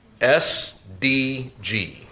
S-D-G